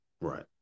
right